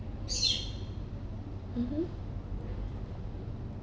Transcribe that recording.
mmhmm